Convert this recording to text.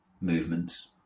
movements